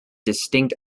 distinct